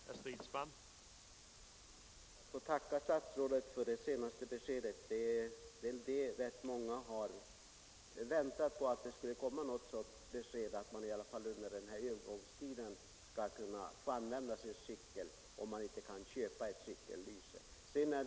Herr talman! Jag ber att få tacka statsrådet för det senaste beskedet. Rätt många har väntat på att det skulle komma ett sådant besked — att man i alla fall under den här övergångstiden skall kunna få använda sin cykel om man inte kan köpa ett cykellyse.